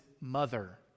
mother